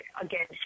again